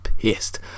pissed